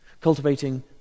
cultivating